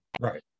Right